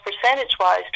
percentage-wise